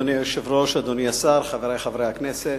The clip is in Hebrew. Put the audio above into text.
אדוני היושב-ראש, אדוני השר, חברי חברי הכנסת,